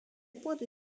pointe